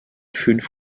fünf